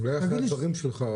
אולי אחרי הדברים שלך,